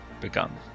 begun